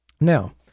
Now